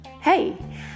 Hey